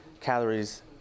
calories